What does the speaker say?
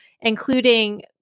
including